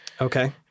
Okay